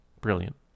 brilliant